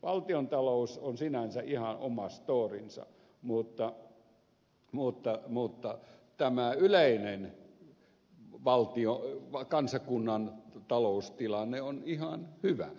valtionta lous on sinänsä ihan oma stoorinsa mutta tämä yleinen kansakunnan taloustilanne on ihan hyvä